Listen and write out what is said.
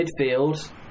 Midfield